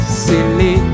silly